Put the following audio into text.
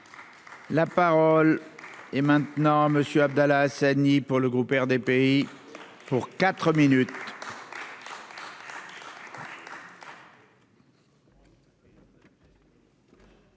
La parole est maintenant Monsieur Abdallah Hassani pour le groupe RDPI pour 4 minutes.